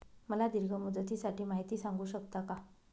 मला दीर्घ मुदतीसाठी माहिती सांगू शकता का?